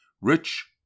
Rich